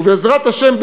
ובעזרת השם,